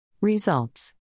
Results